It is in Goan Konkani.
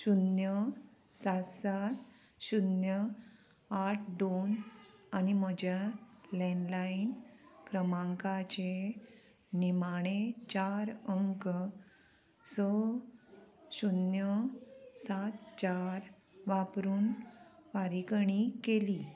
शुन्य सात सात शुन्य आठ दोन आनी म्हज्या लॅंडलायन क्रमांकाचे निमाणे चार अंक स शुन्य सात चार वापरून फारीकणी केली